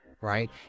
Right